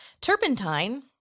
turpentine